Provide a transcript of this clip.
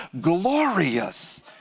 glorious